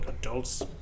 adults